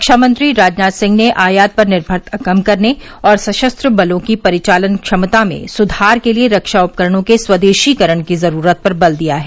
रक्षा मंत्री राजनाथ सिंह ने आयात पर निर्भरता कम करने और सशस्त्र बलों की परिचालन क्षमता में सुधार के लिए रक्षा उपकरणों के स्वदेशीकरण की ज़रूरत पर बल दिया है